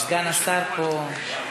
סגן השר פה.